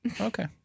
Okay